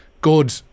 good